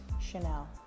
Chanel